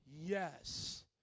Yes